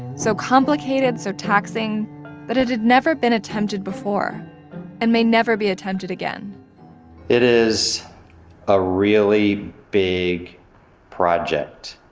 so complicated, so taxing that it had never been attempted before and may never be attempted again it is a really big project.